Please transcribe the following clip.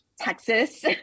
Texas